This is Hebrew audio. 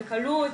בקלות,